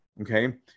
okay